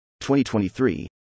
2023